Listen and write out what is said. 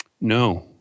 no